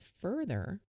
further